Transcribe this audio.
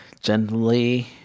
Gently